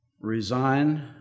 resign